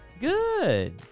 good